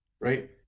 right